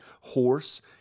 horse